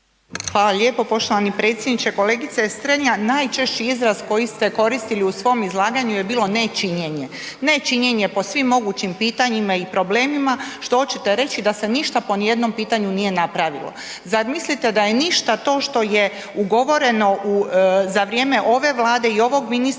Hvala lijepo poštovani predsjedniče. Kolegice Strenja, najčešći izraz koji ste koristili u svom izlaganju je bilo nečinjenje. Nečinjenje po svim mogućim pitanjima i problemima što hoćete reći da se ništa po nijednom pitanju nije napravilo. Zar mislite da je ništa to što je ugovoreno za vrijeme ovog Vlade i ovog ministra?